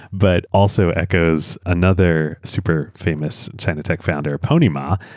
but also echoes another super famous china tech founder, pony ma.